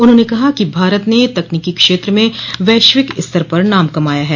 उन्होंने कहा कि भारत ने तकनीकी क्षेत्र में वैश्विक स्तर पर नाम कमाया है